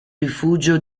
rifugio